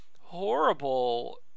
horrible